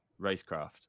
racecraft